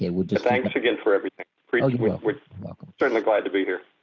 and we just thanks again for everything we're certainly glad to be here.